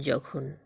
যখন